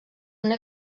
una